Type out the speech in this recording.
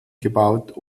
gebaut